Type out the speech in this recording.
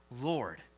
Lord